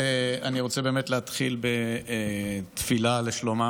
אני רוצה באמת להתחיל בתפילה לשלומם